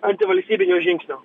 antivalstybinio žingsnio